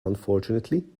unfortunately